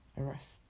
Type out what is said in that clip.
Arrest